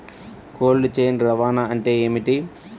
Cold chain రవాణా అంటే ఏమిటీ?